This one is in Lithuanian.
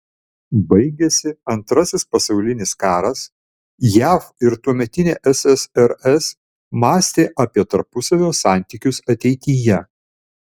baigėsi antrasis pasaulinis karas jav ir tuometinė ssrs mąstė apie tarpusavio santykius ateityje